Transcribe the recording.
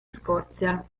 scozia